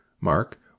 Mark